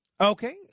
Okay